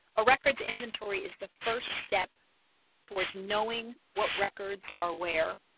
a records inventory is the first step towards knowing what records are where?